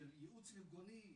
של ייעוץ ארגוני,